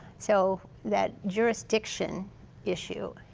so that jurisdiction issue.